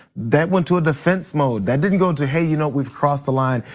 that went to a defense mode, that didn't go to hey, you know we've crossed the line.